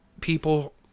people